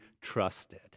trusted